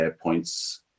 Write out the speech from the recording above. points